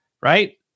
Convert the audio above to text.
right